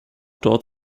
dort